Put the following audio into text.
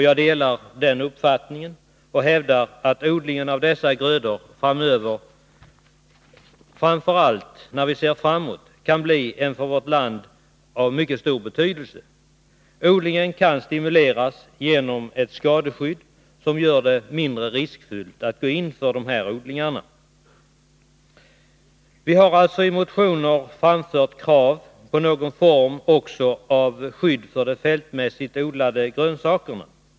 Jag delar den uppfattningen och hävdar att odlingen av dessa grödor framöver kan bli av mycket stor betydelse för vårt land. Odlingen kan stimuleras genom ett skadeskydd som gör den mindre riskfylld. Vi har i motioner framfört krav på någon form av skydd för även de fältmässigt odlade grönsakerna.